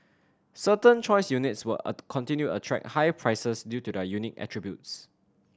certain choice units will continue to attract high prices due to their unique attributes